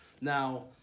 Now